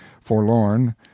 forlorn